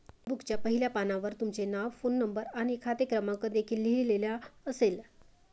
पासबुकच्या पहिल्या पानावर तुमचे नाव, फोन नंबर आणि खाते क्रमांक देखील लिहिलेला असेल